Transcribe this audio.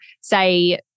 say